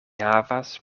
havas